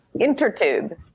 intertube